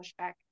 pushback